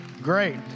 Great